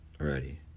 already